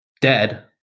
dead